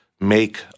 make